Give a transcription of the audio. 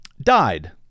died